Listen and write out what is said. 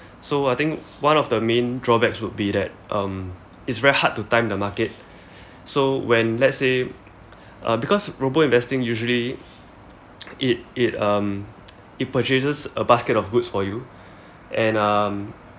so I think one of the main drawbacks would be that um it's very hard to time the market so when let's say uh because robo investing usually it it um it purchases a basket of goods for you and um